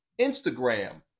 Instagram